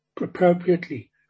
appropriately